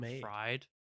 fried